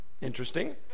interesting